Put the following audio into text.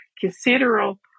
considerable